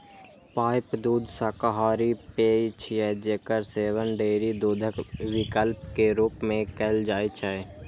pipe दूध शाकाहारी पेय छियै, जेकर सेवन डेयरी दूधक विकल्प के रूप मे कैल जाइ छै